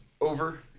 over